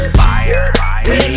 fire